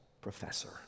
Professor